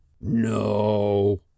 no